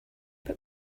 but